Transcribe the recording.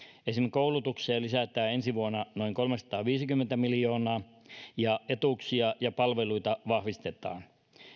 esim koulutukseen lisätään ensi vuonna noin kolmesataaviisikymmentä miljoonaa ja etuuksia ja palveluita vahvistetaan